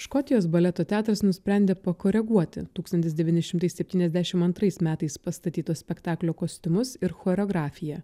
škotijos baleto teatras nusprendė pakoreguoti tūkstantis devyni šimtai septyniasdešim antrais metais pastatyto spektaklio kostiumus ir choreografiją